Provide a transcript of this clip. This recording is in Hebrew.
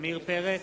עמיר פרץ,